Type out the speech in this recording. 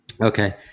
okay